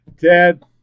Ted